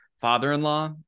father-in-law